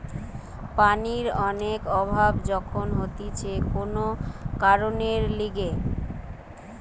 পানির অনেক অভাব যখন হতিছে কোন কারণের লিগে